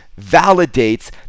validates